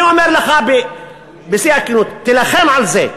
אני אומר לך בשיא הכנות: תילחם על זה.